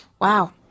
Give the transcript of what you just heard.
Wow